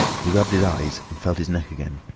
he rubbed his eyes and felt his neck again.